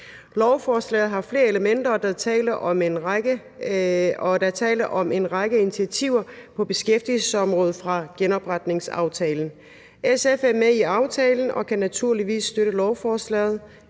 Lovforslaget har flere elementer, og der er tale om en række initiativer på beskæftigelsesområdet fra genopretningsaftalen. SF er med i aftalen og kan naturligvis støtte lovforslaget,